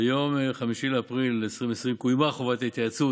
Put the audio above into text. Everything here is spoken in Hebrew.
ביום 5 באפריל 2020 קוימה חובת ההתייעצות